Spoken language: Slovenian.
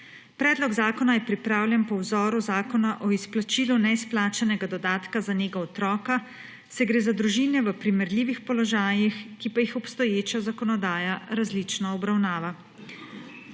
pogoje. Predlog zakona je pripravljen po vzoru Zakona o izplačilu neizplačanega dodatka za nego otroka, saj gre za družine v primerljivih položajih, ki pa jih obstoječa zakonodaja različno obravnava.